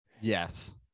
yes